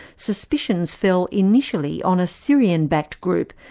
suspicions fell initially on a syrian-backed group,